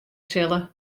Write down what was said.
sille